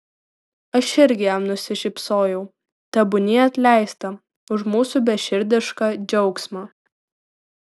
aš irgi jam nusišypsojau tebūnie atleista už mūsų beširdišką džiaugsmą